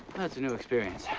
well, it's a new experience.